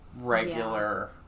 regular